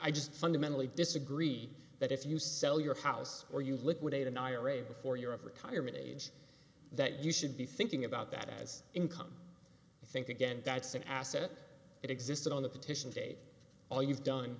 i just fundamentally disagreed that if you sell your house or you liquidate an ira before you're of retirement age that you should be thinking about that as income think again that's an asset that existed on the petition date all you've done